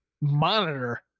monitor